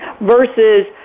versus